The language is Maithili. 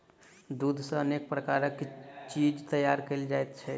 दूध सॅ अनेक प्रकारक चीज तैयार कयल जाइत छै